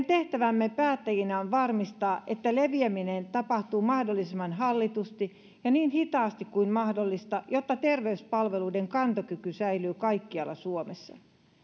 tehtävämme päättäjinä on varmistaa että leviäminen tapahtuu mahdollisimman hallitusti ja niin hitaasti kuin mahdollista jotta terveyspalveluiden kantokyky säilyy kaikkialla suomessa